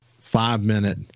five-minute